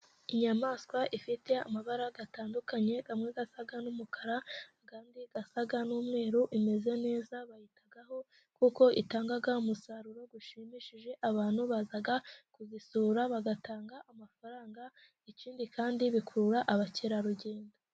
Inyamaswa ifite amabara atandukanye amwe asa n'umukara ayandi asa n'umweru, imeze neza bayitaho kuko itanga umusaruro ushimishije abantu baza kuzisura bagatanga amafaranga ikindi kandi bikurura abakerarugendo.